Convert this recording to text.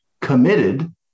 committed